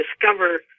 discover